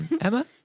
Emma